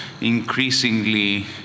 increasingly